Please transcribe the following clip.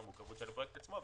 במורכבות של הפרויקט עצמו,